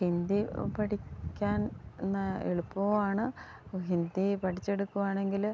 ഹിന്ദി പഠിക്കാൻ എന്നാ എളുപ്പമാണ് ഹിന്ദി പഠിച്ചെടുക്കുകയാണെങ്കിൽ